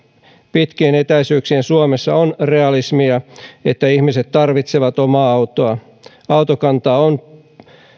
pitkien etäisyyksien suomessa on realismia että ihmiset tarvitsevat omaa autoa autokantaa on